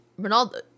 Ronaldo